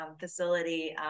facility